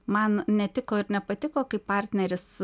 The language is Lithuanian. man netiko ir nepatiko kai partneris